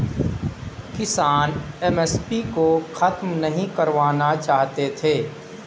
किसान एम.एस.पी को खत्म नहीं करवाना चाहते थे